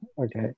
Okay